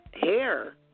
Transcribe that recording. hair